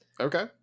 Okay